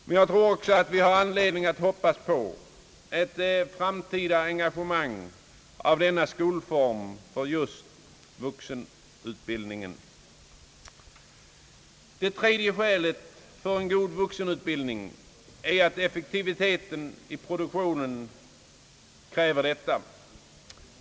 Men jag tror också att vi har anledning att hoppas på ett fram tida engagemang av denna skolform för just vuxenutbildningen. Detta är det andra skälet. Det tredje skälet för en god vuxenutbildning är att effektiviteten i produktionen kräver en sådan.